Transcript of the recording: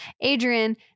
Adrian